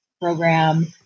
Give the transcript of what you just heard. program